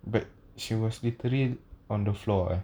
but she was literally on the floor